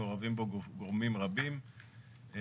מעורבים בו גורמים רבים,